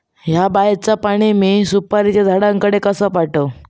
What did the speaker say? हया बायचा पाणी मी सुपारीच्या झाडान कडे कसा पावाव?